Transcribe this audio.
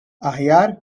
aħjar